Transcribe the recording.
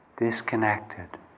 disconnected